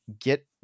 get